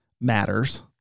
matters